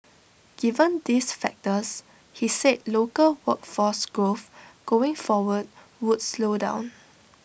given these factors he said local workforce growth going forward would slow down